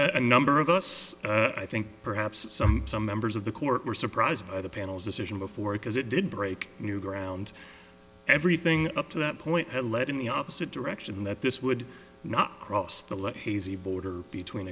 a number of us i think perhaps some some members of the court were surprised by the panel's decision before because it did break new ground everything up to that point lead in the opposite direction that this would not cross the left hazy border between